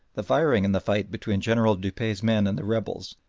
the firing in the fight between general dupuy's men and the rebels,